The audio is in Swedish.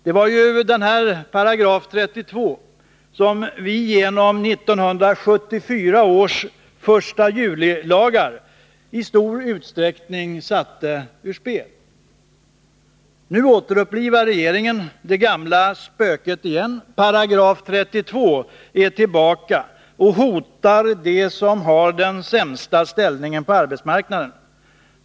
Den sattes i stor utsträckning ur spel genom 1974 års förstajulilagar. Nu återupplivar regeringen det gamla spöket. 32 § är tillbaka och hotar dem som har den sämsta ställningen på arbetsmarknaden.